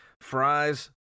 fries